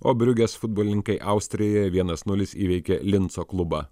o briugės futbolininkai austrijoje vienas nulis įveikė linco klubą